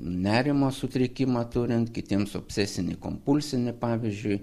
nerimo sutrikimą turint kitiems obsesinį kompulsinį pavyzdžiui